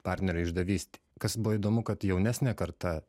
partnerio išdavystei kas buvo įdomu kad jaunesnė karta